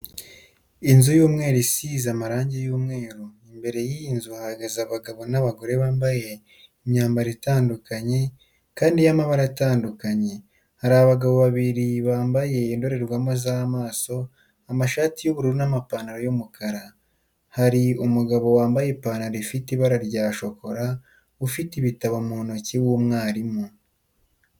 Inzu y'umweru, isize amarangi y'umweyu. Imbere y'iyi nzu hahagaze abagabo n'abagore bambaye imyambari itandukanye kandi y'amabara atandukanye. Hari abagabo babiri mambaye indorerwamo z'amaso, amashati y'ubururu n'amapantaro y'umukara. Hari umugabo wambaye ipantaro ifite ibara rya shokora , ufite ibitabo mu ntoki, w'umwarimu.